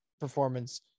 performance